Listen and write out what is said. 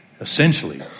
essentially